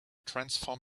transform